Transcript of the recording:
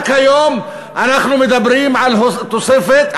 רק היום אנחנו מדברים על תוספת,